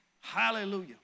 hallelujah